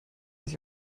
sich